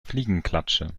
fliegenklatsche